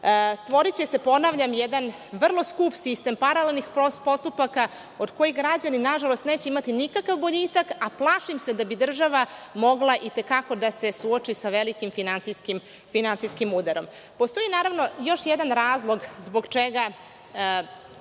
Stvoriće se jedan vrlo skup sistem paralelnih postupaka od kojih građani neće imati nikakav boljitak, a plašim se da bi država mogla i te kako da se suoči sa velikim finansijskim udarom. Postoji još jedan razlog zbog čega